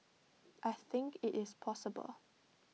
I think IT is possible